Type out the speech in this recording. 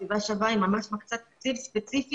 "סביבה שווה" ממש מקצה תקציב ספציפי